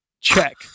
check